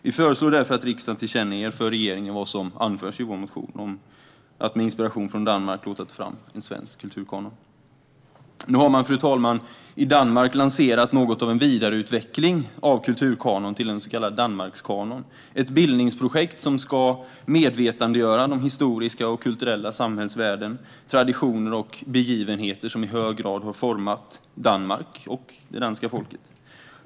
Vi föreslår därför att riksdagen tillkännager för regeringen vad som anförs i motionen om att med inspiration från Danmark låta ta fram en svensk kulturkanon. Fru talman! I Danmark har man nu lanserat något av en vidareutveckling av kulturkanon till en så kallad Danmarkskanon, ett bildningsprojekt som ska skapa medvetenhet om de historiska och kulturella samhällsvärden, traditioner och begivenheter som i hög grad format Danmark och det danska folket.